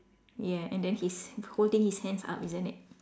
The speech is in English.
yeah and then he's holding his hands up isn't it